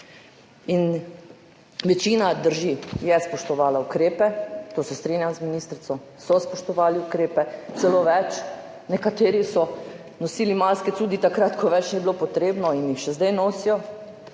Večina, drži, je spoštovala ukrepe, to se strinjam z ministrico, so spoštovali ukrepe, celo več, nekateri so nosili maske tudi takrat, ko več ni bilo potrebno in jih še zdaj nosijo.